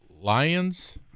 Lions